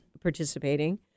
participating